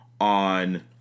on